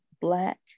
black